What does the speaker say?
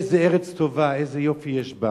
איזו ארץ טובה, איזה יופי יש בה.